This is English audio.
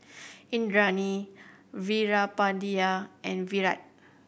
Indranee Veerapandiya and Virat